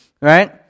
right